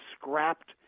scrapped